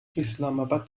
islamabad